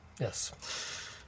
Yes